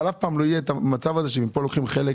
אבל אף פעם לא יהיה את המצב הזה שמכאן לוקחים חלק,